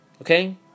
Okay